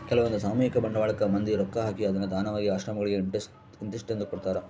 ಕೆಲ್ವಂದು ಸಾಮೂಹಿಕ ಬಂಡವಾಳಕ್ಕ ಮಂದಿ ರೊಕ್ಕ ಹಾಕಿ ಅದ್ನ ದಾನವಾಗಿ ಆಶ್ರಮಗಳಿಗೆ ಇಂತಿಸ್ಟೆಂದು ಕೊಡ್ತರಾ